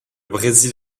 brésil